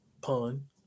pun